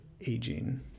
aging